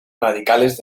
radicales